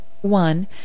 One